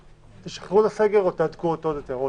תשחררו את הסגר או תהדקו אותו עוד יותר.